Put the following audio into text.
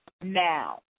now